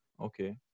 Okay